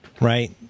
right